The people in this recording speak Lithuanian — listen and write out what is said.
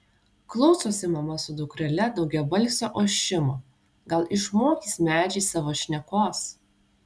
klausosi mama su dukrele daugiabalsio ošimo gal išmokys medžiai savo šnekos